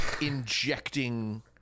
injecting